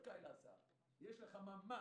הילד לא זכאי להסעה כי יש לכם ממ"ד,